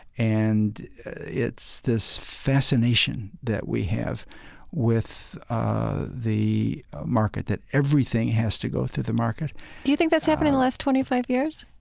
and it's this fascination that we have with the market, that everything has to go through the market do you think that's happened in the last twenty five years?